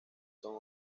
son